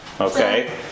okay